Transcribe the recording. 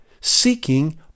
seeking